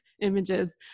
images